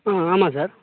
ஆ ஆமாம் சார்